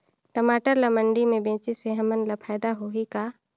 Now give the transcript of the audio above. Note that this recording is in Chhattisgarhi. टमाटर ला मंडी मे बेचे से हमन ला फायदा होही का?